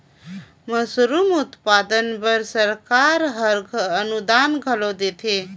mushroom उत्पादन बर सरकार हर अनुदान घलो देथे